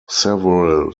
several